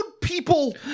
people